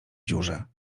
dziurze